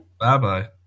Bye-bye